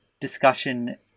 discussion